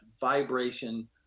vibration